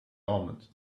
almond